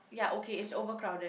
ya okay it's overcrowded